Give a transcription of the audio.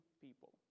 people